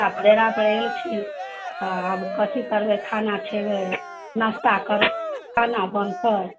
डेरापर एलखिन तऽ आब कथी करबै खाना खेबै नाश्ता करबै केना बनतै